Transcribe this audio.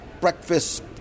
Breakfast